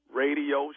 radio